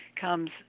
comes